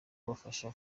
kubafasha